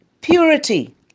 Purity